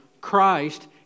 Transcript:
Christ